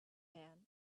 man